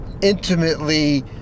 intimately